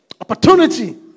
Opportunity